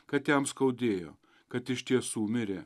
kad jam skaudėjo kad iš tiesų mirė